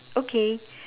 okay